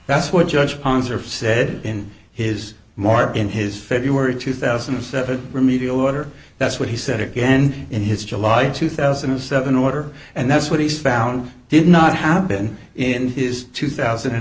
that's what judge pons or said in his more in his february two thousand and seven remedial order that's what he said again in his july two thousand and seven order and that's what he's found did not happen in his two thousand and